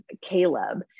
Caleb